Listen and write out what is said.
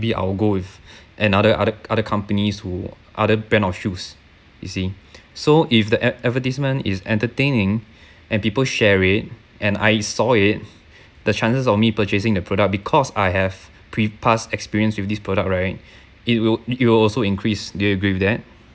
I will go with another other other companies who other brand of shoes you see so if the ad~ advertisement is entertaining and people share it and I saw it the chances of me purchasing the product because I have pre past experience with this product right it will it will also increase do you agree with that